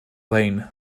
lein